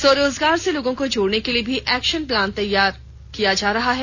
स्वरोजगार से लोगों को जोड़ने के लिए भी एक्शन प्लान बनाया जा रहा है